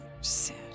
Sad